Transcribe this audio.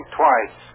twice